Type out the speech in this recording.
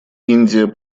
индия